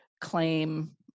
claim